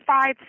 five